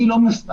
אני לא שותף.